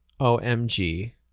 OMG